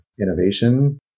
innovation